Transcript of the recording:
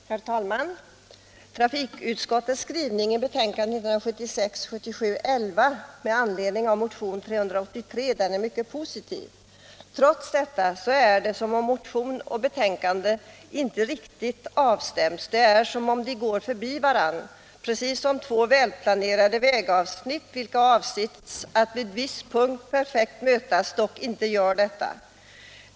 Herr talman! Trafikutskottets skrivning i betänkandet 1976/77:11 med anledning av motionen 383 är mycket positiv. Trots detta är det som om motion och betänkande inte riktigt avstämts — det är som om de går förbi varandra, precis som två välplanerade vägavsnitt vilka avsetts att vid viss punkt perfekt mötas men ändå inte gör detta.